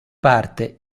parte